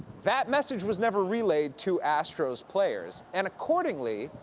that message was never relayed to astros players. and, accordingly,